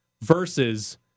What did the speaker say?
versus